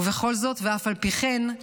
ובכל זאת ואף על פי כן,